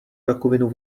rakovinu